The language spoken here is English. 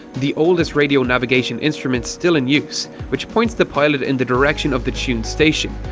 the oldest radio navigation instrument still in use, which points the pilot in the direction of the tuned station,